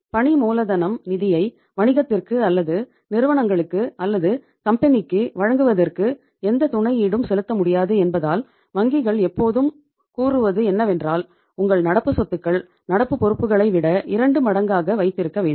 பணி மூலதனம் நிதியை வணிகத்திற்கு அல்லது நிறுவனங்களுக்கு அல்லது கம்பெனிக்கு வழங்குவதற்கு எந்த துணை ஈடும் செலுத்த முடியாது என்பதால் வங்கிகள் எப்போதும் கூறுவது என்னவென்றால் உங்கள் நடப்பு சொத்துக்கள் நடப்பு பொறுப்புகளைவிட இரண்டு மடங்காக வைத்திருக்க வேண்டும்